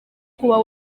kuba